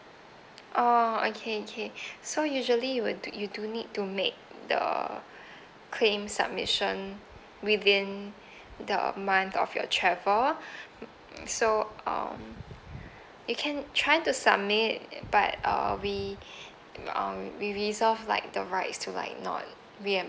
orh okay okay so usually you would you do need to make the claim submission within the month of your travel so um you can try to submit but uh we um we reserve like the right like to not reim~